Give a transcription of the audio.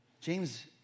James